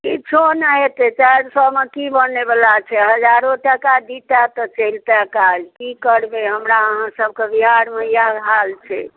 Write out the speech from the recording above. किछो नहि हेतै चारि सएमे की बनैवला छै हजारो टाका दीतए तऽ चलिते काज की करबै हमरा अहाँसभके बिहारमे इएह हाल छै